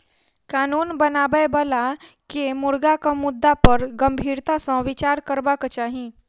कानून बनाबय बला के मुर्गाक मुद्दा पर गंभीरता सॅ विचार करबाक चाही